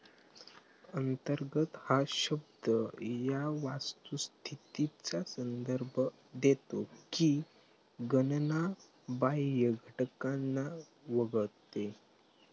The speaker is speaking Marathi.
अंतर्गत हा शब्द या वस्तुस्थितीचा संदर्भ देतो की गणना बाह्य घटकांना वगळते